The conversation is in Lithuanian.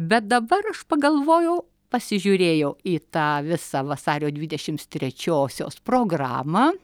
bet dabar aš pagalvojau pasižiūrėjau į tą visą vasario dvidešimts trečiosios programą